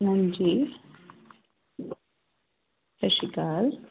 ਹਾਂਜੀ ਸਤਿ ਸ਼੍ਰੀ ਅਕਾਲ